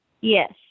Yes